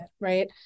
right